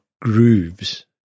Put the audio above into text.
grooves